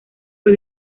fue